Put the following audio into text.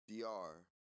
DR